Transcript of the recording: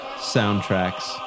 soundtracks